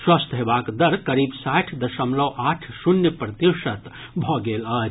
स्वस्थ हेबाक दर करीब साठि दशमलव आठ शून्य प्रतिशत भऽ गेल अछि